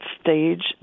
stage